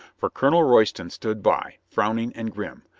for colonel royston stood by, frowning and grim.